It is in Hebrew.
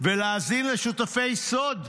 ולהאזין לשותפי סוד.